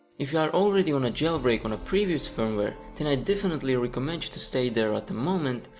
if you are already on a jailbreak on a previous firmware, then i definitely recommend you to stay there at the moment,